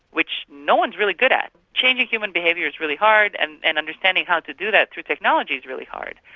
which no one is really good at. changing human behaviour is really hard, and and understanding how to do that through technology is really hard.